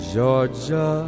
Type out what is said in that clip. Georgia